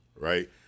right